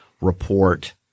report